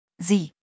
Sie